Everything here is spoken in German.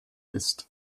ist